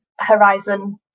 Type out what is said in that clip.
horizon